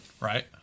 right